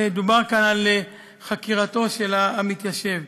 דובר כאן על חקירתו של המתיישב.